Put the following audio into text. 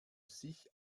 sich